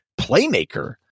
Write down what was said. playmaker